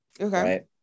Okay